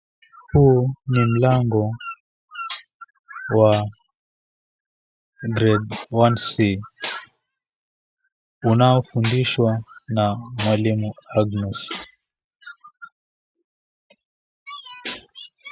Huu ni mlango wa Grade 1C, unaofundishwa na mwalimu Agnes.